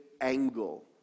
angle